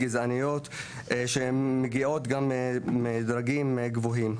גזעניות שהן מגיעות גם מדרגים גבוהים.